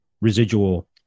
residual